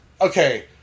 Okay